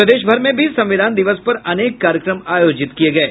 प्रदेश भर में भी संविधान दिवस पर अनेक कार्यक्रम आयोजित किये गये